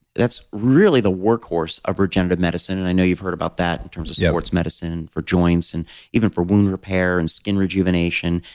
that's really the workhorse of regenerative medicine, and i know you've heard about that in terms of sports medicine, for joints, and even for wound repair, and skin rejuvenation.